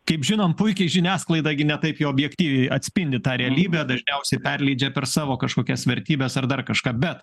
kaip žinom puikiai žiniasklaida gi ne taip jau objektyviai atspindi tą realybę dažniausiai perleidžia per savo kažkokias vertybes ar dar kažką bet